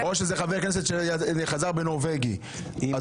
או כשיש חבר הכנסת ה"נורווגי" שחזר,